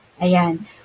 Ayan